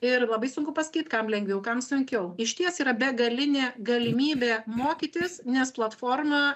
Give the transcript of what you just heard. ir labai sunku pasakyt kam lengviau kam sunkiau išties yra begalinė galimybė mokytis nes platforma